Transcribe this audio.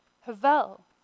Havel